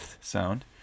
sound